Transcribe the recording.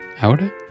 Ahora